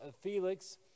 Felix